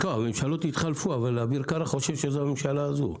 הממשלות התחלפו אבל אביר קארה חושב שזאת הממשלה הזאת.